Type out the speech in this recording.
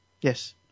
yes